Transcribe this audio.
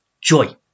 joy